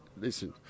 listen